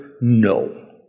No